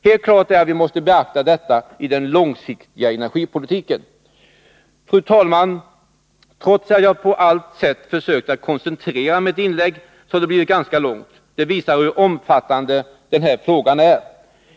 Helt klart är att vi måste beakta detta i den långsiktiga energipolitiken. Fru talman! Trots att jag på allt sätt har försökt att koncentrera mitt inlägg, har det blivit ganska långt. Det visar hur omfattande denna fråga är.